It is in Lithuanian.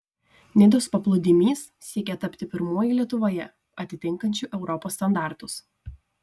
nidos paplūdimys siekia tapti pirmuoju lietuvoje atitinkančiu europos standartus